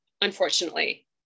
unfortunately